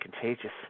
contagious